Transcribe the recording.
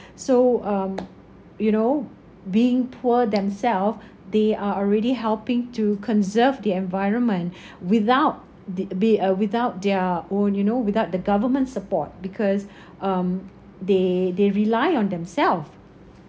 so um you know being poor themself they are already helping to conserve the environment without the be uh without their own you know without the government support because um they they rely on themself